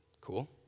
Cool